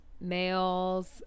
males